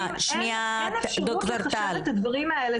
אין אפשרות לחשב את הדברים האלה.